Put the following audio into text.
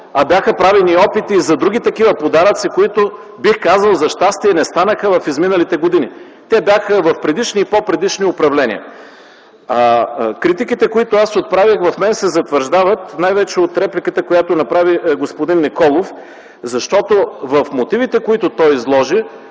Бяха правени опити и за други такива подаръци, които бих казал, за щастие, не станаха през изминалите години. Те бяха в предишни и по-предишни управления. Критиките, които аз отправих се затвърждават в мен най-вече от репликата, която направи господин Николов, защото и мотивите, които той изложи,